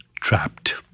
trapped